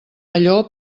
allò